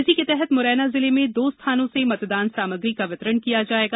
इसी के तहत मुरैना जिले में दो स्थानों से मतदान सामग्री का वितरण किया जायेगा